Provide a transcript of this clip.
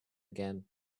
again